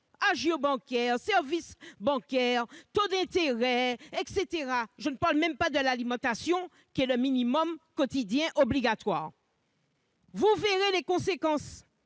agios bancaires, services bancaires, taux d'intérêt, etc.- je ne parle même pas de l'alimentation, qui relève du minimum quotidien obligatoire. Vous verrez les conséquences